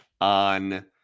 on